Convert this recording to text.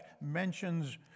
mentions